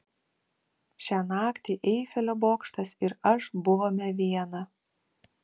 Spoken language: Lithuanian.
šią naktį eifelio bokštas ir aš buvome viena